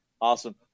Awesome